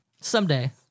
Someday